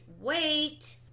wait